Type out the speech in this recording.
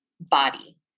body